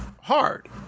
hard